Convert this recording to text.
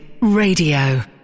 Radio